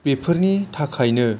बेफोरनि थाखायनो